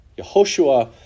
Yehoshua